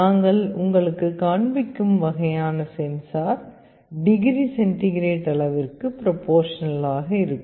நாங்கள் உங்களுக்குக் காண்பிக்கும் வகையான சென்சார் டிகிரி சென்டிகிரேட் அளவிற்கு ப்ரொபோர்ஷனலாக இருக்கும்